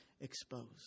exposed